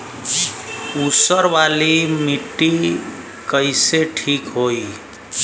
ऊसर वाली मिट्टी कईसे ठीक होई?